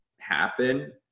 happen